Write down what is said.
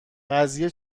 قضیه